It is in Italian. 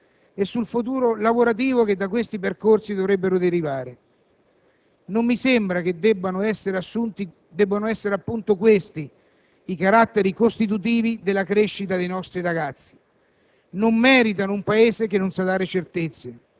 incertezza sulla scuola, i suoi percorsi formativi e sul futuro lavorativo che da questi percorsi dovrebbe derivare. Non mi sembra che debbano essere appunto questi i caratteri costitutivi della crescita dei nostri ragazzi.